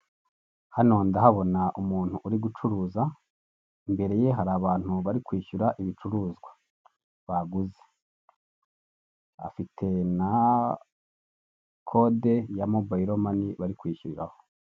Hano ndahabona umuntu uri gucuruza, imbere ye hari abantu bari kwishyura ibicuruzwa baguze, afite na kode ya mobile money bari kwishyuriraraho.